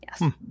Yes